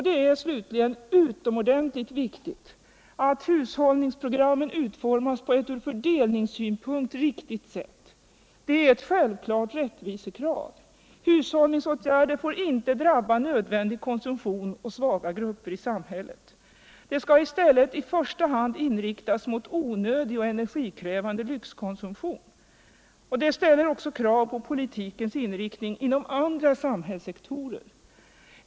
Det är utomordentligt viktigt att hushållningsprogrammen utformas på ett ur fördelningssynpunkt riktigt sätt. Det är ou självklart rättvisekrav. Hushåällningsåtgärder får inte drabba nödvändig konsumtion och svaga grupper i samhället. De bör i stället i första hand inriktas mot onödig och energikrävande Iyxkonsumtion. Detta ställer också krav på politikens 47 inriktning inom andra samhällssektorer.